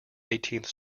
eighteenth